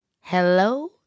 Hello